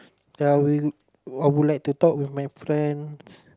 ya I will uh I would like to talk with my friends